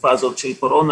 בתקופה הזו של הקורונה.